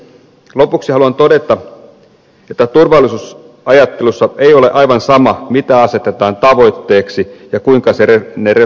lopuksi haluan todeta että turvallisuusajattelussa ei ole aivan sama mitä asetetaan tavoitteeksi ja kuinka tavoitteet resursoidaan